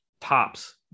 tops